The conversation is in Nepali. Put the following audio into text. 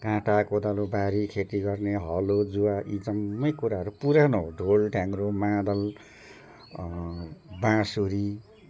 काँटा कोदालो बारी खेती गर्ने हलो जुवा यी जम्मै कुराहरू पुरानो हो ढोल ढ्याङ्ग्रो मादल बाँसुरी